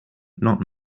not